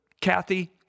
Kathy